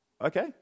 Okay